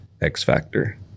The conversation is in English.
X-Factor